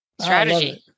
Strategy